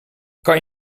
kan